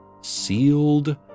Sealed